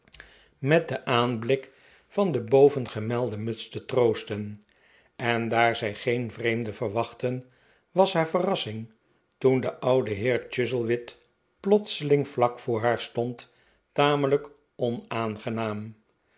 haastig aan aanblik van de bovengemelde muts te troosten en daar zij geen vreemden verwachtte was haar verrassing toen de oude heer chuzzlewit plotseling vlak voor haar stond tamelijk onaangenaam